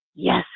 yes